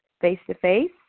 face-to-face